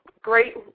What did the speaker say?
great